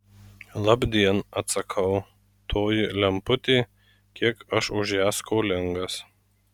labdien atsakau toji lemputė kiek aš už ją skolingas